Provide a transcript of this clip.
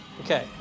Okay